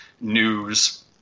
news